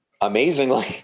amazingly